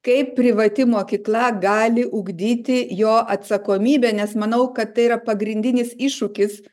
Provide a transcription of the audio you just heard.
kaip privati mokykla gali ugdyti jo atsakomybę nes manau kad tai yra pagrindinis iššūkis